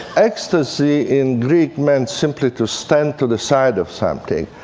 ecstasy in greek meant simply to stand to the side of something.